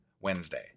Wednesday